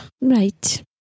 right